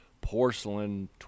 porcelain